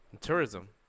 Tourism